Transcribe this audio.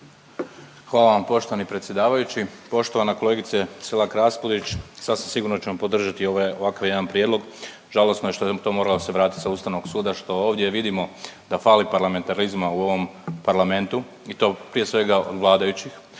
Hvala vam poštovani predsjedavajući. Poštovana kolegice Selak-Raspudić sasvim sigurno ćemo podržati ovakav jedan prijedlog. Žalosno je što je to moralo se vratiti sa Ustavnog suda što ovdje vidimo da fali parlamentarizma u ovom Parlamentu i to prije svega od vladajućih.